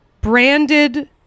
branded